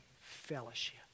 fellowship